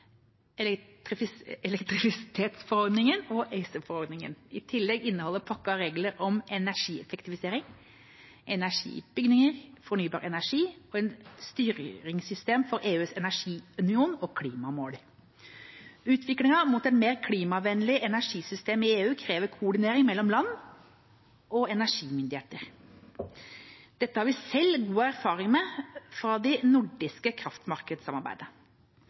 elektrisitetsforordningen og ACER-forordningen. I tillegg inneholder pakka regler om energieffektivisering, energi i bygninger, fornybar energi og et styringssystem for EUs energiunion og klimamål. Utviklingen mot et mer klimavennlig energisystem i EU krever koordinering mellom land og energimyndigheter. Dette har vi selv god erfaring med fra det nordiske kraftmarkedssamarbeidet.